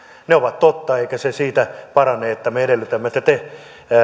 ne ovat totta eivätkä ne siitä parane että me edellytämme että te